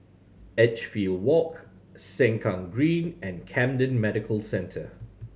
Edgefield Walk Sengkang Green and Camden Medical Centre